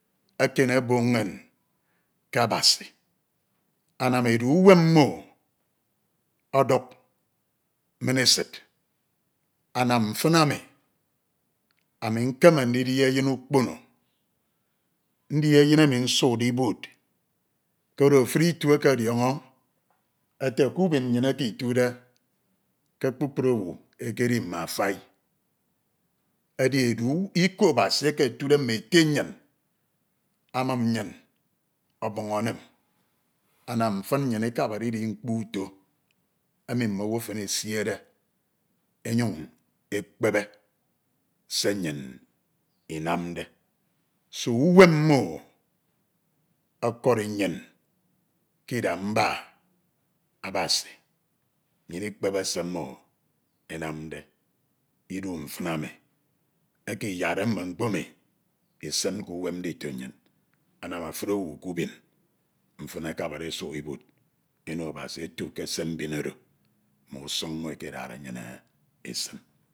ekiene ọbọk inñ ke Abasi, anem edu uwem mmo ọduk inñ esid, anam mfin enu ami nkeme. ndidi ukpono, ndi eyin emi nsukde ibud koro efuri ito eke ọdiọñọ ete ke ubim mmyin eke itude, ke kpukpru owu ekedi mme afai, edi edu iko Abasi eke etide mme ete nnyin amum nnyin ọbiñ enim, anam mfin unyin ikabade idi mkpo uto emi mme owu efen esiede enyuñ ekpebe se nnyin inamde, se o uwem mmo okori ke idok mba Abasi, nnyin ikpebe se mmo enamde idu mfin ami eke iyakde mme mkpo emi isin ke uwem ndito nnyin, anam efuri owu ke ubin mfin ekabade esuk ibud eno Abasi etu ke se mbin oro ma usun mmo ekedade nnyin esin.